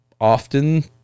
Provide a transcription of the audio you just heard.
Often